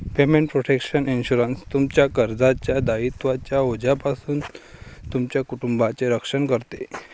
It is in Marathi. पेमेंट प्रोटेक्शन इन्शुरन्स, तुमच्या कर्जाच्या दायित्वांच्या ओझ्यापासून तुमच्या कुटुंबाचे रक्षण करते